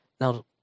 Now